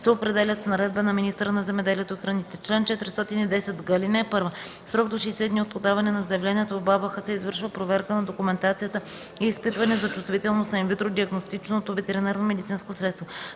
се определят с наредба на министъра на земеделието и храните. Чл. 410г. (1) В срок до 60 дни от подаване на заявлението в БАБХ се извършва проверка на документацията и изпитване за чувствителност на инвитро диагностичното ветеринарномедицинско средство.